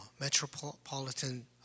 metropolitan